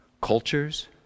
cultures